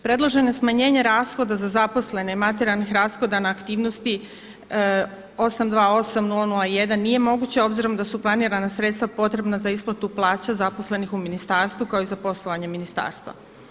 Predloženo smanjenje rashoda za zaposlene i materijalnih rashoda na aktivnosti 828.001 nije moguće obzirom da su planirana sredstva potrebna za isplatu plaća zaposlenih u ministarstvu kao i za poslovanje ministarstva.